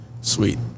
Sweet